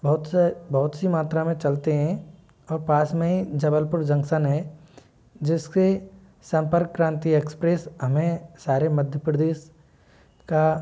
बहुत सा बहुत सी मात्रा में चलते हैं और पास में ही जबलपुर जंक्शन जंक्शन है जिसके सम्पर्क क्रांति एक्सप्रेस हमें सारे मध्य प्रदेश का